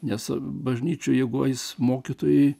nes bažnyčioj jeigu eis mokytojai